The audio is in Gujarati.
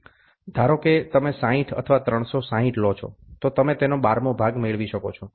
ધારો કે તમે 60 અથવા 360 લો છો તો તમે તેનો 12મો ભાગ મેળવી શકો છો